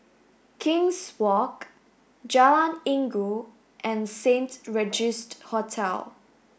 King's Walk Jalan Inggu and Saint Regis Hotel